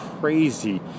crazy